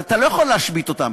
אתה לא יכול להשבית אותם.